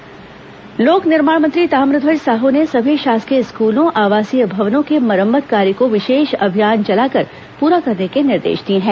ताम्रध्वज साहू समीक्षा बैठक लोक निर्माण मंत्री ताम्रध्वज साह ने सभी शासकीय स्कूलों आवासीय भवनों के मरम्मत कार्य को विशेष अभियान चलाकर पूरा करने के निर्देश दिए हैं